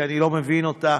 שאני לא מבין אותה,